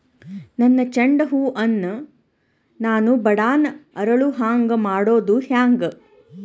ನನ್ನ ಚಂಡ ಹೂ ಅನ್ನ ನಾನು ಬಡಾನ್ ಅರಳು ಹಾಂಗ ಮಾಡೋದು ಹ್ಯಾಂಗ್?